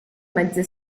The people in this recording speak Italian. mezze